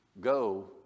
Go